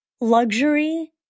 luxury